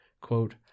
quote